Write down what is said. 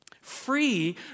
Free